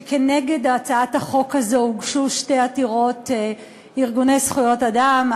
שכנגד הצעת החוק הזאת הוגשו שתי עתירות: של ארגוני זכויות אדם,